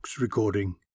recording